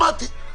שמעתי.